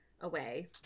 away